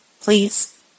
Please